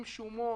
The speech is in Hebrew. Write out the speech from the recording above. עם שומות,